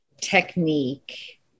technique